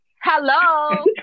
Hello